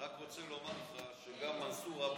אני רק רוצה לומר לך שגם מנסור עבאס,